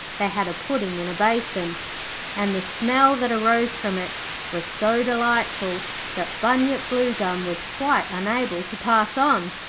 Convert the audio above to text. they had a pudding in a basin and the smell that arose from it was so delightful that bunyip bluegum was quite unable to pass on.